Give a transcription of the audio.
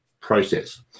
process